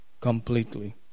completely